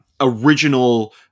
original